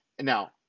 Now